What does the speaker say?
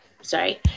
Sorry